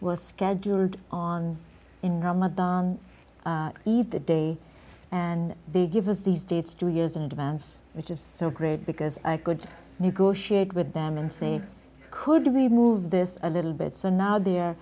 was scheduled on in ramadan each day and they give us these dates two years in advance which is so great because i could negotiate with them and say i could remove this a little bit so now they're